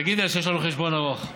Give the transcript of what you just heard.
תגידי לה שיש לנו חשבון ארוך.